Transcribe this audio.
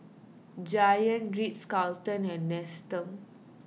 Giant Ritz Carlton and Nestum